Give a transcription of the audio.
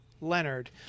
Leonard